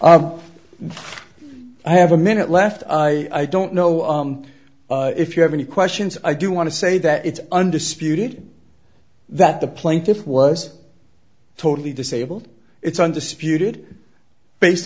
i have a minute left i don't know if you have any questions i do want to say that it's undisputed that the plaintiff was totally disabled it's undisputed based